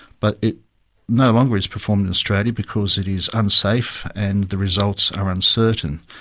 but it no longer is performed in australia because it is unsafe and the results are uncertain.